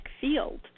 field